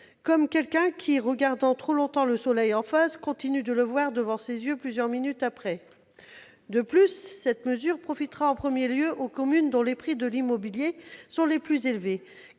celui qui, ayant regardé trop longtemps le soleil en face, continue de le voir devant ses yeux plusieurs minutes après les avoir fermés. De plus, cette mesure profitera en premier lieu aux communes où les prix de l'immobilier sont le plus élevés,